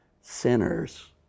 sinners